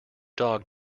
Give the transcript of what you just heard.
dog